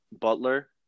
Butler